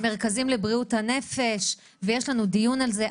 מרכזים לבריאות הנפש, יש לנו דיון הזה.